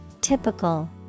typical